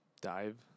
dive